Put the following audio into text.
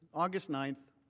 august ninth,